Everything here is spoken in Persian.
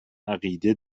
عقیده